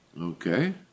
Okay